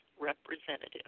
representative